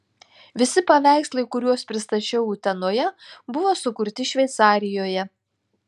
visi paveikslai kuriuos pristačiau utenoje buvo sukurti šveicarijoje